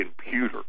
computer